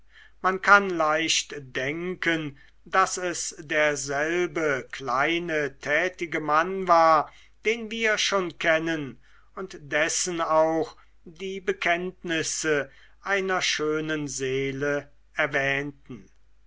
man kann leicht denken daß er derselbe kleine tätige mann war den wir schon kennen und dessen auch die bekenntnisse einer schönen seele erwähnten